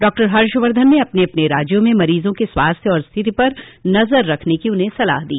doctor Harshvardhan न अपने अपने राज्यों में मरीजों के स्वास्थ्य और स्थिति पर नजर रखने की उन्हें सलाह दी